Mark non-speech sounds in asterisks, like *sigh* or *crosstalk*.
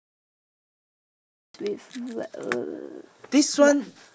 this one you mean the different is with *noise* ya